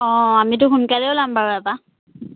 অঁ আমিতো সোনকালে ওলাম বাৰু ইয়াৰ পৰা